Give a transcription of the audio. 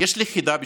יש לי חידה בשבילכם.